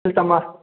sir તમારે